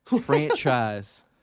franchise